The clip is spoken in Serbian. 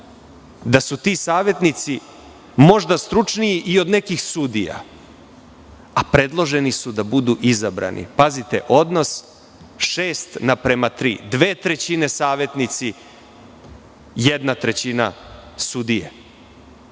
da su ti savetnici možda stručniji i od nekih sudija, a predloženi su da budu izabrani. Pazite, odnos šest naprema tri, dve trećine savetnici, jedna trećina sudije. Kada